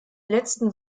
letzten